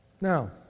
Now